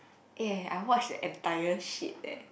eh I watched the entire shit leh